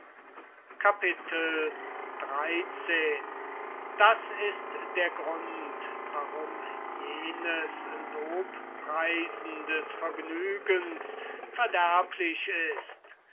xi das ist der grund warum jenes lobpreisen des vergnügens verderblich ist